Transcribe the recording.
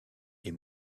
est